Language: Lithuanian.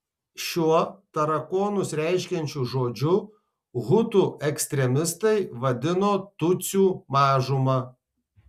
šiuo tarakonus reiškiančiu žodžiu hutų ekstremistai vadino tutsių mažumą